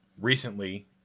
recently